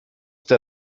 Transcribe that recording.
der